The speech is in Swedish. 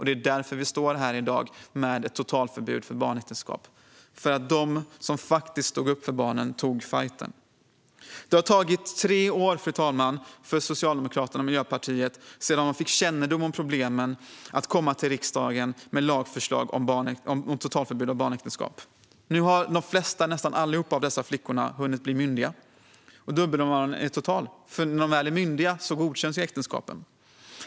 Det är tack vare dem som stod upp för barnen och tog fajten som vi står här i dag med ett totalförbud mot barnäktenskap. Fru talman! Sedan Socialdemokraterna och Miljöpartiet fick kännedom om problemen har det tagit tre år för dem att komma till riksdagen med ett lagförslag om totalförbud mot barnäktenskap. Nu har nästan alla av dessa flickor hunnit bli myndiga. Dubbelmoralen är total, för när de väl är myndiga godkänns äktenskapen.